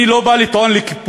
אני לא בא לטעון לקיפוח,